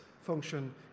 function